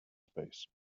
space